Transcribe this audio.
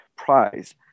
Prize